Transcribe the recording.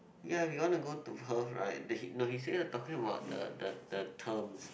ya you wanna go to Perth right that he no he said here talking about the the the terms